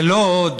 זה לא עוד